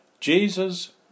Jesus